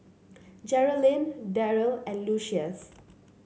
Geralyn Deryl and Lucius